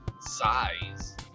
size